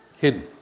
hidden